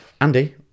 Andy